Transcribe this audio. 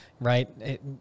Right